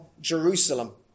Jerusalem